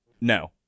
No